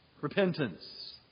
repentance